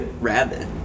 rabbit